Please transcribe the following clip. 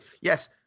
yes